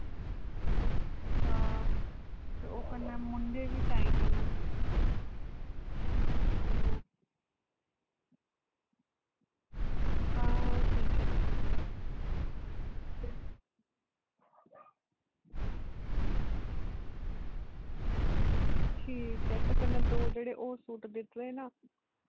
अच्छा ते कन्नैं मूंढे बी टाईट न हां हां ओह् ठीक ऐ ठीक ऐ ते कन्नै दो जेह्ड़े होर सूट दित्ते हे ना